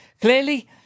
Clearly